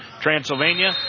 Transylvania